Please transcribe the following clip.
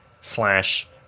slash